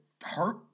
hurt